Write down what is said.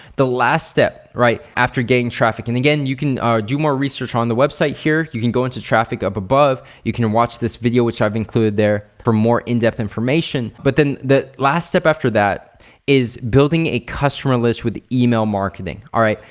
the last step, right? after getting traffic and again, you can do more research on the website here. you can go into traffic up above. you can watch this video which i've included there for more in depth information. but then the last step after that is building a customer list with email marketing, all right?